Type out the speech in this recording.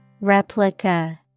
Replica